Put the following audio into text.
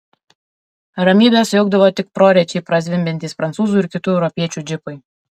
ramybę sujaukdavo tik prorečiai prazvimbiantys prancūzų ir kitų europiečių džipai